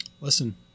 Listen